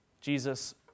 Jesus